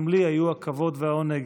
גם לי היו הכבוד והעונג